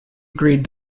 agreed